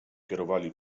kierowali